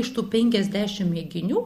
iš tų penkiasdešim mėginių